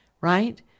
right